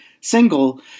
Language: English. single